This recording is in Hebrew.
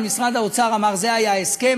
אבל משרד האוצר אמר: זה היה ההסכם.